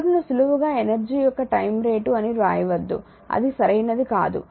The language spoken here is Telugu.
పవర్ ను సులువుగా ఎనర్జీ యొక్క టైమ్ రేటు అని వ్రాయవద్దు అది సరైనది కాదు